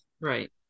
Right